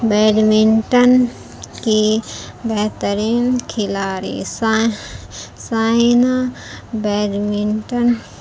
badminton کی بہترین کھلاری سائہ سائنا بیڈمنٹن